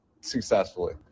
successfully